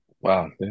Wow